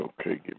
Okay